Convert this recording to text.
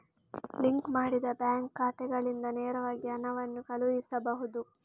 link ಮಾಡಿದ bank ಖಾತೆಗಳಿಂದ ನೇರವಾಗಿ ಹಣವನ್ನು ಕಳುಹಿಸಬಹುದು